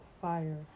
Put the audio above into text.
fire